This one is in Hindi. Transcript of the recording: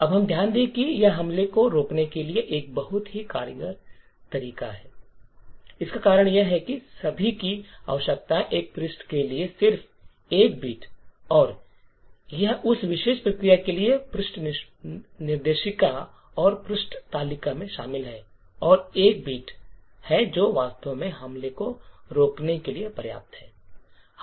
अब हम ध्यान दें कि यह हमले को रोकने के लिए एक बहुत ही कारगर तरीका है इसका कारण यह है कि सभी की आवश्यकता एक पृष्ठ के लिए सिर्फ 1 बिट है और यह उस विशेष प्रक्रिया के लिए पृष्ठ निर्देशिका और पृष्ठ तालिका में शामिल है और एक बिट है जो वास्तव में हमले को रोकने के लिए पर्याप्त है